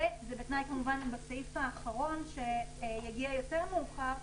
וזה בתנאי כמובן של הסעיף האחרון שיגיע יותר מאוחר,